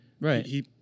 Right